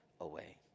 away